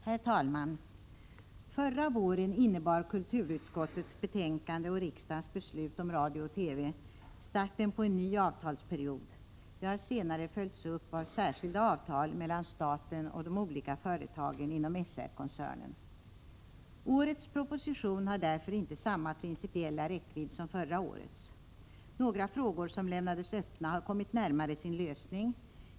Herr talman! Förra våren innebar kulturutskottets betänkande och riksdagens beslut om radio och TV starten på en ny avtalsperiod. Det har senare följts upp av särskilda avtal mellan staten och de olika företagen inom SR-koncernen. Årets proposition har därför inte samma principiella räckvidd som förra årets. Några frågor som lämnades öppna har kommit närmare sin lösning.